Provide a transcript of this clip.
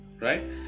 right